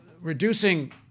reducing